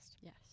Yes